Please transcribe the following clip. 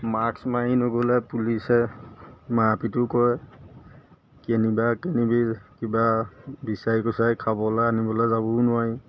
মাক্স মাৰি নগ'লে পুলিচে মাৰ পিটো কৰে কেনিবা কিনিবি কিবা বিচাৰি কুচাৰি খাবলৈ আনিবলৈ যাবও নোৱাৰি